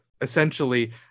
essentially